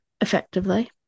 effectively